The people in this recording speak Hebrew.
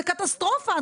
זה קטסטרופה.